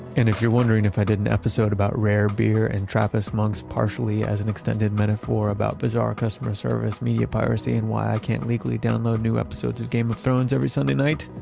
and if you're wondering if i did an episode about rare beer and trappist monks partially as an extended metaphor about bizarre customer service, media piracy and why i can't legally download new episodes of game of thrones every sunday night,